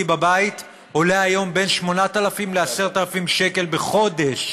בבית עולה היום בין 8,000 ל-10,000 שקל בחודש,